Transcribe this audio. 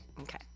Okay